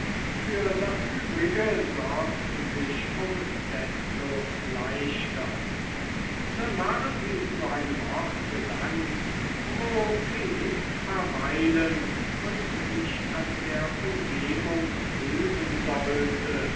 für das übrige sorgt sich um desto leichter nun waren sie zu einem ort gelangt wo felix verweilen und sich an der umgebung prüfen sollte